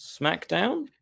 SmackDown